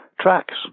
tracks